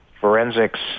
forensics